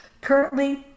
Currently